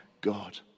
God